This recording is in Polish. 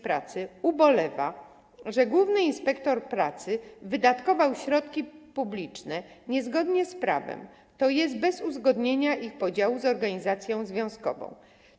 Pracy ubolewa, że główny inspektor pracy wydatkował środki publiczne niezgodnie z prawem, tj. bez uzgodnienia ich podziału z organizacją związkową.